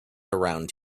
around